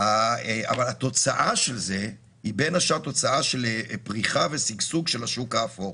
אבל התוצאה של זה היא בין השאר תוצאה של פריחה ושגשוג של השוק האפור.